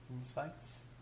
insights